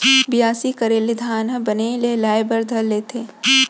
बियासी करे ले धान ह बने लहलहाये बर धर लेथे